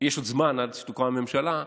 יש עוד זמן עד שתוקם הממשלה.